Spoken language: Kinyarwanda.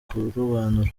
kurobanura